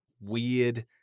weird